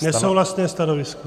Nesouhlasné stanovisko.